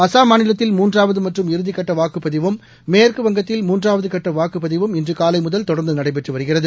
அஸ்ஸாம் மாநிலத்தில் மூன்றாவது மற்றும் இறதிக்கட்ட வாக்குப்பதிவும் மேற்குவங்கத்தில் மூன்றாவதுகட்ட வாக்குப்பதிவும் இன்று காலை முதல் தொடர்ந்து நடைபெற்று வருகிறது